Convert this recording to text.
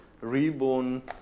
reborn